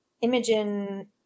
Imogen